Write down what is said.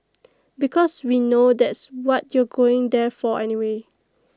because we know that's what you're going there for anyway